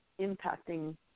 impacting